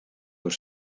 les